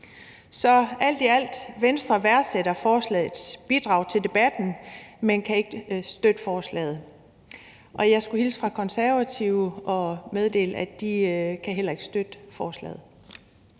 Så alt i alt værdsætter Venstre forslagets bidrag til debatten, men vi kan ikke støtte forslaget. Jeg skulle hilse fra Konservative og meddele, at de heller ikke kan støtte forslaget.